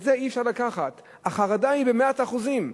את זה אי-אפשר לקחת, החרדה היא במאה אחוזים.